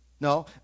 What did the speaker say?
No